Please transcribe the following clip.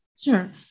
Sure